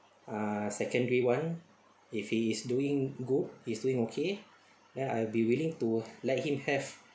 ah secondary one if he is doing good he's doing okay then I'll be willing to let him have